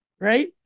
right